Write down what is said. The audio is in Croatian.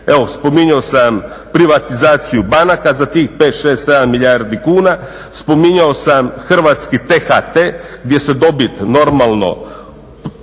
spominjao sam privatizaciju banaka za tih 5, 6, 7 milijardi kuna, spominjao sam hrvatski T-HT gdje se dobit normalno